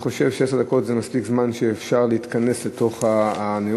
ואני חושב שעשר דקות זה מספיק זמן שאפשר להתכנס לתוך הנאום,